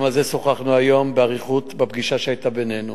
גם על זה שוחחנו היום באריכות בפגישה שהיתה בינינו.